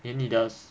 连你的 s~